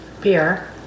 beer